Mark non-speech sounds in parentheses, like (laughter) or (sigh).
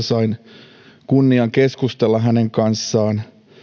(unintelligible) sain kunnian keskustella hänen kanssaan